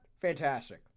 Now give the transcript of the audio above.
fantastic